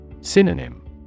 Synonym